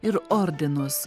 ir ordinus